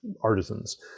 artisans